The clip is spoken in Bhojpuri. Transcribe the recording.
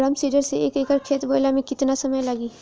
ड्रम सीडर से एक एकड़ खेत बोयले मै कितना समय लागी?